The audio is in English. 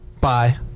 Bye